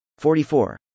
44